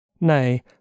Nay